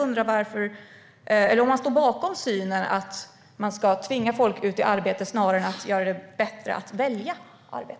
Står Liberalerna bakom synen att tvinga folk ut i arbete snarare än att göra det bättre att välja arbete?